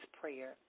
prayer